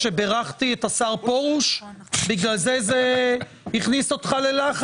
יש לי שתי בנות שלומדות בחינוך הממלכתי מזל טוב לך על הנין